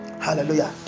hallelujah